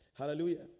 Hallelujah